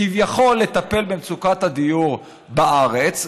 כביכול לטפל במצוקת הדיור בארץ,